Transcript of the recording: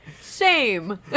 Shame